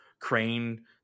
crane